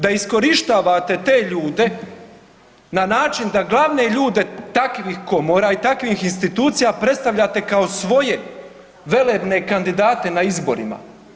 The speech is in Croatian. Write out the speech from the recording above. Da iskorištavate te ljude na način da glavne ljude takvih komora i takvih institucija predstavljate kao svoje velebne kandidate na izborima.